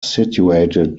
situated